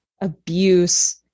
abuse